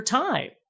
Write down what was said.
time